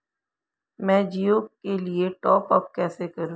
मैं जिओ के लिए टॉप अप कैसे करूँ?